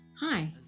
Hi